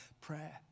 Prayer